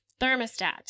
thermostat